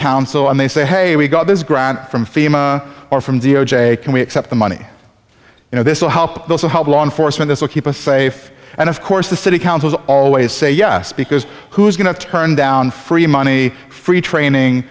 council and they say hey we got this grant from fema or from d o j can we accept the money you know this will help those who help law enforcement will keep us safe and of course the city councils always say yes because who's going to turn down free money free training